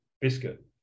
biscuit